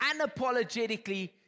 unapologetically